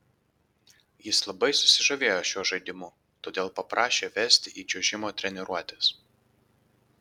jis labai susižavėjo šiuo žaidimu todėl paprašė vesti į čiuožimo treniruotes